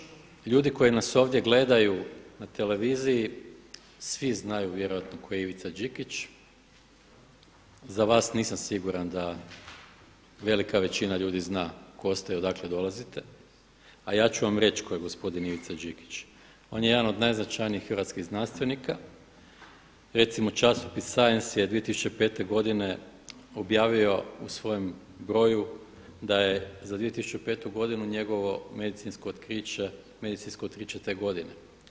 Gospodine Škorić, ljudi koji nas ovdje gledaju na televiziji svi znaju vjerojatno tko je Ivica Đikić, za vas nisam siguran da velika većina ljudi zna tko ste i odakle dolazite a ja ću vam reći tko je gospodin Ivica Đikić, on je jedan od najznačajnijih hrvatskih znanstvenika, recimo časopis Science je 2005. godine objavio u svojem broju da je za 2005. godinu njegovo medicinsko otkriće, medicinsko otkriće te godine.